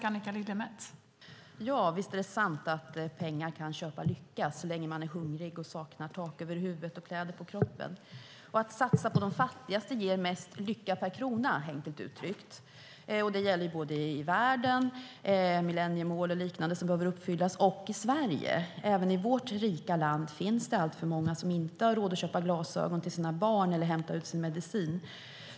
Fru talman! Visst är det sant att pengar kan köpa lycka, så länge man är hungrig och saknar tak över huvudet och kläder på kroppen. Att satsa på de fattigaste ger mest lycka per krona, enkelt uttryckt. Det gäller både i världen, med millenniemål och liknande som behöver uppfyllas, och i Sverige. Även i vårt rika land finns det alltför många som inte har råd att köpa glasögon till sina barn eller hämta ut sin medicin.